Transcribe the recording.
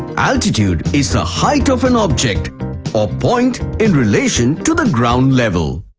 altitude is the height of an object or point in relation to the ground level.